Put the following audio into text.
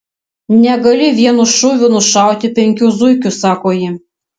negali vienu šūviu nušauti penkių zuikių sako ji